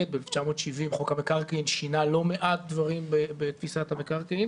1970 חוק המקרקעין שינה לא מעט דברים בתפיסת המקרקעין